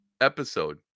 episode